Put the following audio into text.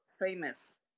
famous